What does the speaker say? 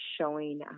showing